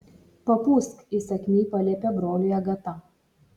papūsk įsakmiai paliepė broliui agata